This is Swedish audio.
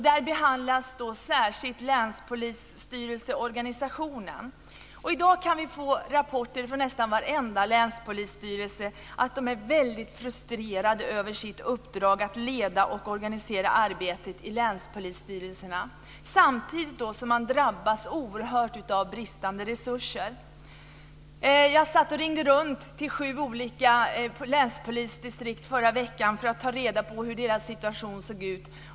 Där behandlas särskilt länspolisstyrelsens organisation. I dag kan vi få rapporter från nästan varenda länspolisstyrelse om att de är väldigt frustrerade över sitt uppdrag att leda och organisera arbetet i länspolisstyrelserna samtidigt som de drabbas oerhört av bristen på resurser. Jag satt och ringde runt till sju olika länspolisdistrikt i förra veckan för att ta reda på hur deras situation såg ut.